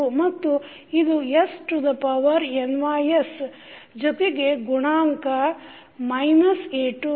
ಮತ್ತು ಇದು s to the power nys ಜೊತೆಗೆ ಗುಣಾಂಕ ಮೈನಸ್ a2